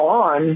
on